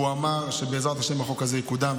והוא אמר שבעזרת השם החוק הזה יקודם.